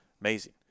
Amazing